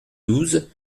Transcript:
douze